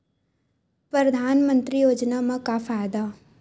परधानमंतरी योजना म का फायदा?